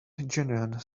genuine